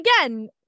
again